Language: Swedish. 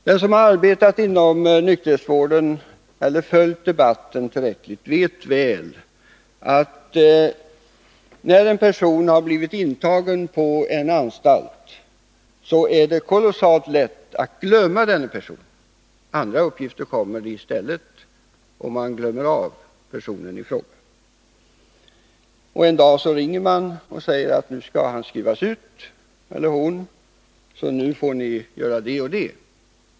Den som arbetat inom nykterhetsvården eller följt debatten tillräckligt vet väl, att när en person blivit intagen på en anstalt är det lätt att glömma bort den personen. Andra uppgifter kommer i stället, och man glömmer bort personen i fråga tills någon en dag ringer och säger, att nu skall han eller hon skrivas ut, så nu måste ni göra det och det.